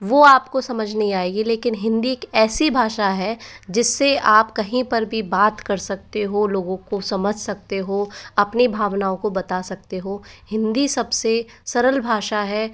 वह आपको समझ नहीं आएगी लेकिन हिंदी एक ऐसी भाषा है जिससे आप कहीं पर भी बात कर सकते हो लोगों को समझ सकते हो अपनी भावनाओं को बता सकते हो हिंदी सबसे सरल भाषा है